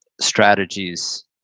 strategies